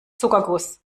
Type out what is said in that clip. zuckerguss